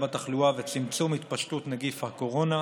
בתחלואה וצמצום התפשטות נגיף הקורונה.